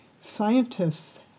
Scientists